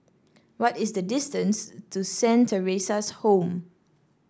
what is the distance to Saint Theresa's Home